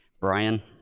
Brian